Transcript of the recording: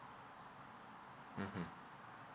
mmhmm